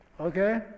Okay